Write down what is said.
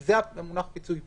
זה המונח פיצויים פה.